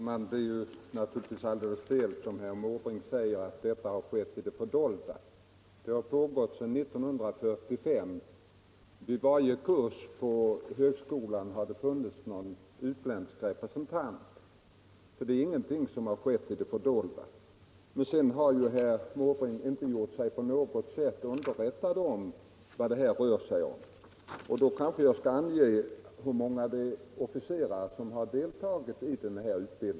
Herr talman! Det är naturligtvis alldeles fel som herr Måbrink säger, att detta utbyte har skett i det fördolda. Det har pågått sedan 1945. Vid varje kurs på militärhögskolan har det sedan dess funnits någon utländsk representant, och det har verkligen inte skett i det fördolda. Herr Måbrink har inte gjort sig på något sätt underrättad om vad det här rör sig om. Jag kanske skall ange hur många som har deltagit i den här utbildningen.